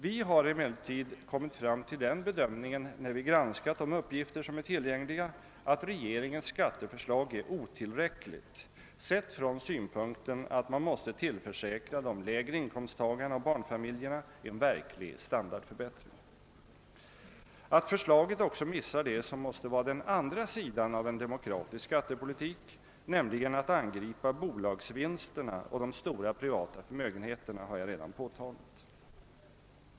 Vi har emellertid kommit fram till den bedömningen när vi granskat de uppgifter som är tillgängliga att regeringens skatteförslag är otillräckligt, sett från synpunkten att man måste tillförsäkra de lägre inkomsttagarna och barnfamiljerna en verklig standardförbättring. Att försiaget också missar det som måste vara den andra sidan av en demokratisk skattepolitik, nämligen att angripa bolagsvinsterna och de stora privata förmögenheterna, har jag redan påtalat.